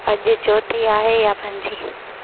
अॼु चोथी आहे या पंजी